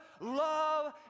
love